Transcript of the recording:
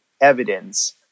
evidence